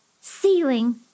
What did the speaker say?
ceiling